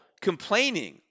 complaining